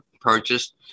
purchased